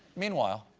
meanwhile,